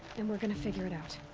and we're gonna figure it out.